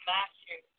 Matthew